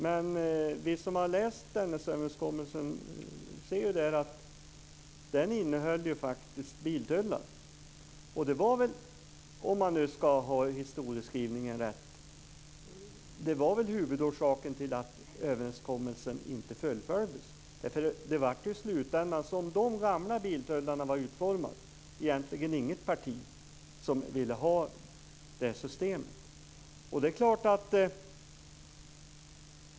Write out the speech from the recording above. Men vi som har läst Dennisöverenskommelsen ser att den innehöll biltullar. Och om man ska göra historieskrivningen rätt så var det väl huvudorsaken till att överenskommelsen inte fullföljdes? Det var ju i slutändan, som de gamla biltullarna var utformade, egentligen inget parti som ville ha det systemet.